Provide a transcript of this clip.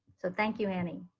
so thank you, annie.